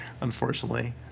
unfortunately